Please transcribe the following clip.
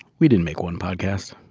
we didn't make one podcast.